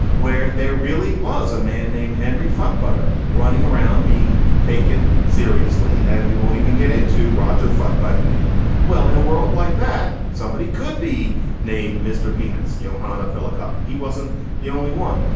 where there really was a man named henry fuckbuddy but are running around being taken. seriously? and we won't even get into rods are fucked by the navel. well, in a world like that, somebody could be named mr penis yohanna pilla cock and he wasn't the only one.